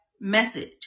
message